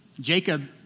Jacob